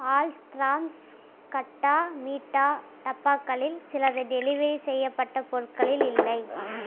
ஹல்திராம்ஸ் கட்டா மீட்டா டப்பாக்களில் சிலது டெலிவரி செய்யப்பட்ட பொருட்களில் இல்லை